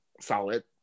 solid